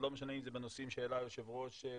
זה לא משנה אם זה בנושאים שהעלה היושב ראש,